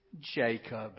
Jacob